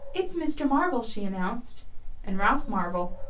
it's mr. marvell, she announced and ralph marvell,